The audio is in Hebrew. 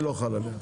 לא חל עליה.